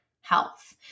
health